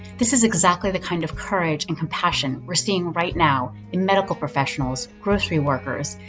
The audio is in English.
this is exactly the kind of courage and compassion we're seeing right now in medical professionals, grocery workers,